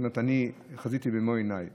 כלומר אני חזיתי במו עיניי